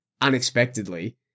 unexpectedly